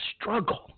struggle